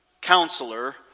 Counselor